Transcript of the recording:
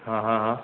ہاں ہاں ہاں